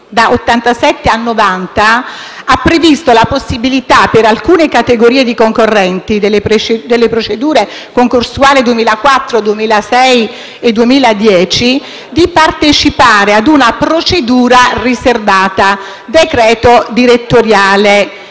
da 87 a 90, ha previsto la possibilità, per alcune categorie di concorrenti delle procedure concorsuali del 2004, del 2006 e del 2010, di partecipare a una procedura riservata (decreto direttoriale